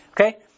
Okay